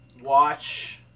watch